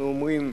אנחנו אומרים: